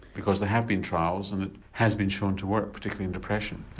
because there have been trials and it has been shown to work, particularly in depression.